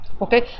okay